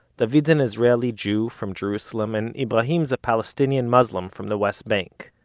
david's an israeli jew from jerusalem and ibrahim is a palestinian muslim from the west bank.